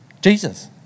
Jesus